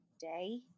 day